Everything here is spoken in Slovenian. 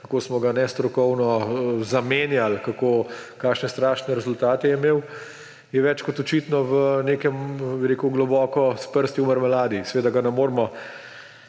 kako smo ga nestrokovno zamenjali, kakšne strašne rezultate je imel, je več kot očitno, bi rekel, globoko s prsti v marmeladi. Seveda ga ne moremo